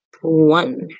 one